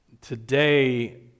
Today